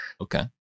Okay